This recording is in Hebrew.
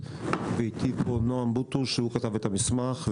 גורם נוסף זה העלייה באינפלציה,